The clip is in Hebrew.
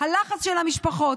הלחץ של המשפחות,